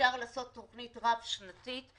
אפשר לעשות תוכנית רב שנתית.